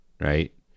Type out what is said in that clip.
right